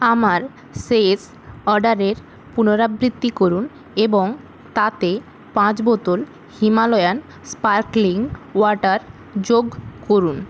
আমার শেষ অর্ডারের পুনরাবৃত্তি করুন এবং তাতে পাঁচ বোতল হিমালয়ান স্পার্কলিং ওয়াটার যোগ করুন